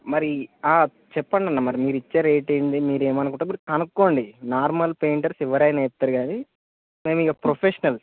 మరి చేప్పండన్నా మరి మీరు ఇచ్చే రేట్ ఏంటి మీరు ఏం అనుకుంటున్నారు కనుక్కోండి నార్మల్ పెయింటర్స్ ఎవరైనా వేస్తారు కానీ మేము ఇలా ప్రొఫెషనల్స